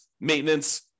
maintenance